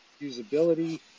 usability